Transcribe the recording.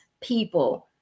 people